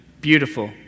beautiful